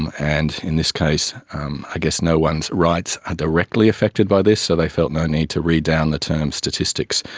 and and in this case i guess no one's rights are directly affected by this so they felt no need to read down the term statistics.